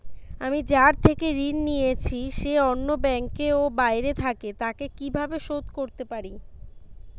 আমি যার থেকে ঋণ নিয়েছে সে অন্য ব্যাংকে ও বাইরে থাকে, তাকে কীভাবে শোধ করতে পারি?